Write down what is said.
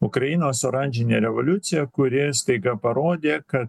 ukrainos oranžinė revoliucija kuri staiga parodė kad